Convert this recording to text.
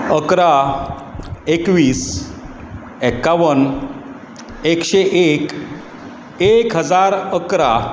अकरा एकवीस एकावन एकशें एक एक हजार अकरा